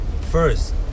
first